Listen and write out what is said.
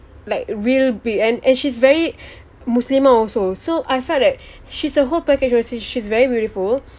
like real be and and she's very muslimah also so I thought that she's a whole package and she's very beautiful